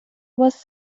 was